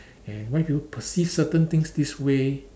and why people perceive certain things this way